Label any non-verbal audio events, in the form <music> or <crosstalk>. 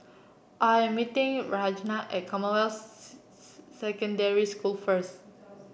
I'm meeting Ragna at Commonwealth <unintelligible> Secondary School first